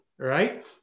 Right